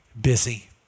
busy